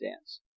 dance